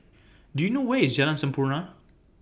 Do YOU know Where IS Jalan Sampurna